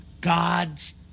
God's